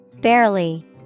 Barely